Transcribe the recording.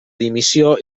dimissió